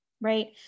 right